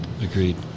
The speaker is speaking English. Agreed